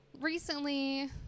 recently